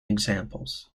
examples